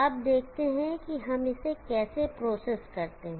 अब देखते हैं कि हम इसे कैसे प्रोसेस करते हैं